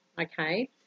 okay